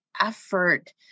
effort